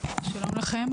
שלום לכם.